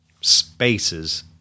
spaces